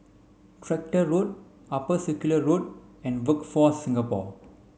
Tractor Road Upper Circular Road and Workforce Singapore